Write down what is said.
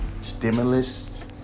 stimulus